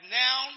now